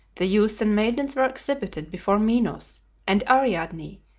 the youths and maidens were exhibited before minos and ariadne,